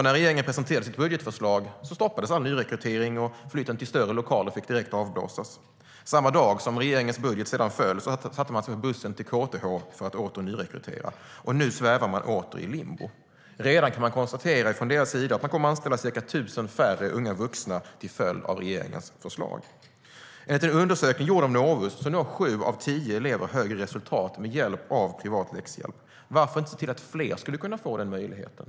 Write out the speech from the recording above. När regeringen presenterade sitt budgetförslag i oktober stoppades all nyrekrytering, och flytten till större lokaler fick direkt avblåsas. Samma dag som regeringens budget föll satte man sig på bussen till KTH för att åter nyrekrytera. Men nu svävar man åter i limbo. De kan redan konstatera att de kommer att anställa ca 1 000 färre unga vuxna till följd av regeringens förslag. Enligt en undersökning gjord av Novus når sju av tio elever högre resultat med hjälp av privat läxhjälp. Varför inte se till att fler kan få den möjligheten?